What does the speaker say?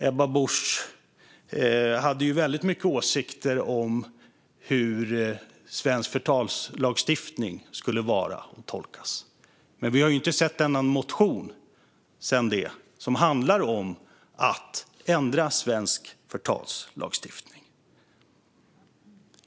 Ebba Busch hade väldigt mycket åsikter kring hur svensk förtalslagstiftning skulle tolkas. Men vi har inte sett någon motion sedan dess som handlar om att ändra svensk förtalslagstiftning.